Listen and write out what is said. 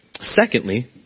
Secondly